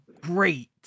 great